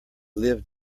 lived